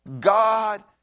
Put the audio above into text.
God